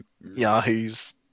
Yahoos